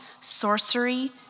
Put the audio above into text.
sorcery